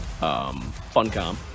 Funcom